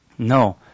No